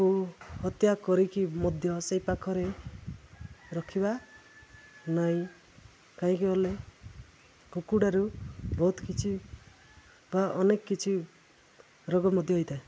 କୁ ହତ୍ୟା କରିକି ମଧ୍ୟ ସେଇ ପାଖରେ ରଖିବା ନାଇଁ କାହିଁକି ବେଲେ କୁକୁଡ଼ାରୁ ବହୁତ କିଛି ବା ଅନେକ କିଛି ରୋଗ ମଧ୍ୟ ହେଇଥାଏ